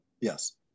Yes